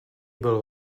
byl